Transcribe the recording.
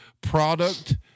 product